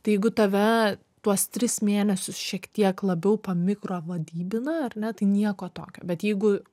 tai jeigu tave tuos tris mėnesius šiek tiek labiau pamikrovadybina ar ne tai nieko tokio bet jeigu